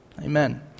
amen